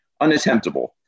unattemptable